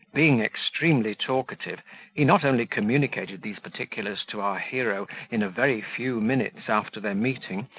being extremely talkative, he not only communicated these particulars to our hero in a very few minutes after their meeting,